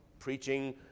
preaching